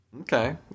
Okay